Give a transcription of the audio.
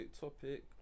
topic